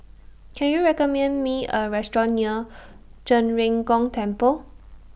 Can YOU recommend Me A Restaurant near Zhen Ren Gong Temple